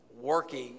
working